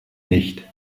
nicht